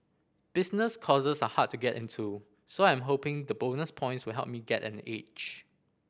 business courses are hard to get into so I am hoping the bonus points will help me get an edge